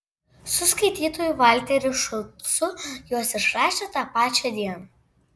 su skaitytoju valteriu šulcu juos išrašė tą pačią dieną